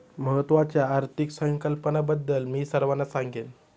महत्त्वाच्या आर्थिक संकल्पनांबद्दल मी सर्वांना सांगेन